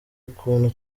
ukuntu